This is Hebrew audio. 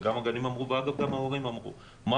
וגם הגנים אמרו וגם ההורים אמרו מה